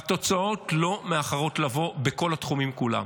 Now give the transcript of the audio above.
והתוצאות לא מאחרות לבוא, בכל התחומים כולם: